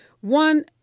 One